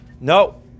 No